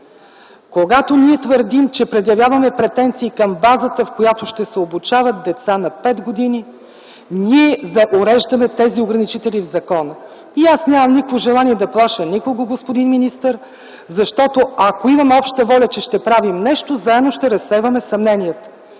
Когато ние твърдим, че предявяваме претенции към базата, в която ще се обучават деца на пет години, ние уреждаме тези ограничители в закона. Нямам никакво желание да плаша никого, господин министър, защото ако имаме обща воля, че ще правим нещо, заедно ще разсейваме съмненията.